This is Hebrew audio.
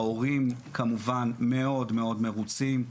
ההורים כמובן מאוד מאוד מרוצים.